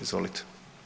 Izvolite.